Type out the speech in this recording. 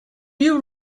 you